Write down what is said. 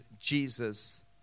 Jesus